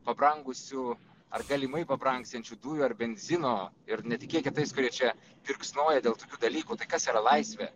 pabrangusių ar galimai pabrangsiančių dujų ar benzino ir netikėkit tais kurie čia virksnoja dėl tokių dalykų tai kas yra laisvė